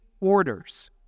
orders